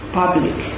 public